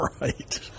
Right